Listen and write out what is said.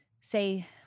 say